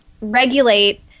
regulate